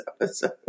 episode